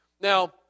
Now